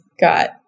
got